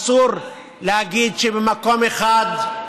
אסור להגיד שבמקום אחד,